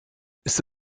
ist